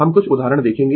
हम कुछ उदाहरण देखेंगें